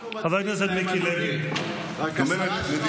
גם אנחנו מצדיעים להם, אדוני.